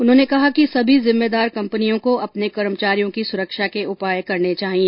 उन्होंने कहा कि सभी जिम्मेदार कंपनियों को अपने कर्मचारियों की सुरक्षा के उपाय करने चाहिए